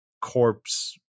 corpse